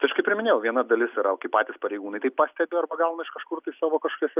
tai aš kaip ir minėjau viena dalis yra kai patys pareigūnai tai pastebi arba gauna iš kažkur tai savo kažkokiuose